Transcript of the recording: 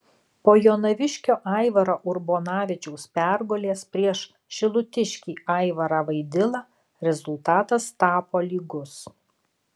po jonaviškio aivaro urbonavičiaus pergalės prieš šilutiškį aivarą vaidilą rezultatas tapo lygus